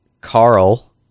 Carl